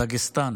דגסטן,